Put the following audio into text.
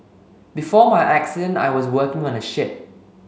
before my accident I was working on a ship